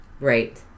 Right